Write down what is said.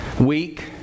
week